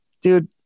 dude